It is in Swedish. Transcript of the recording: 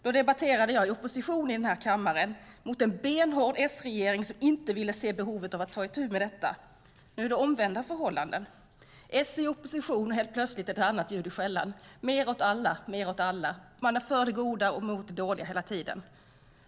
Då debatterade jag i opposition i den här kammaren mot en benhård S-regering som inte ville se behovet av att ta itu med detta. Nu är det omvända förhållanden; S är i opposition, och helt plötsligt är det ett annat ljud i skällan - mer åt alla! Man är för det goda och mot det dåliga hela tiden.